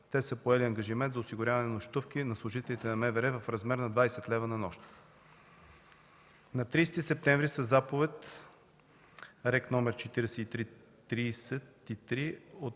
Те са поели ангажимент за осигуряване на нощувки на служителите на МВР в размер на 20 лв. на нощ. На 30 септември със заповед Рег. № 43-33